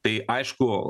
tai aišku